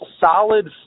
solid